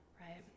Right